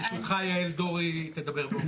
ברשותך, יעל דורי תדבר.